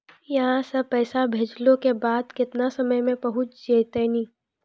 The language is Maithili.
यहां सा पैसा भेजलो के बाद केतना समय मे पहुंच जैतीन?